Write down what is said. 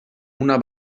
una